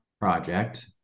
project